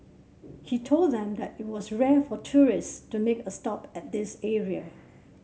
he told them that it was rare for tourist to make a stop at this area